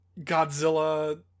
Godzilla